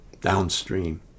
downstream